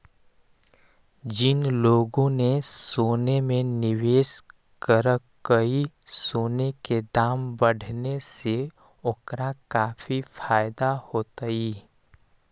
जिन लोगों ने सोने में निवेश करकई, सोने के दाम बढ़ने से ओकरा काफी फायदा होतई